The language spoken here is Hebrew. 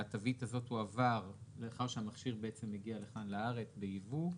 והתווית הזאת תועבר לאחר שהמכשיר יגיע לארץ בייבוא,